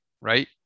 right